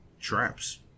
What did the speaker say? traps